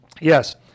Yes